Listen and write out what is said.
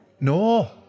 no